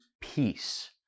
peace